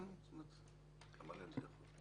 כמובן, בכפוף.